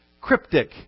cryptic